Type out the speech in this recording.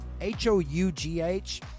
H-O-U-G-H